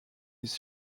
his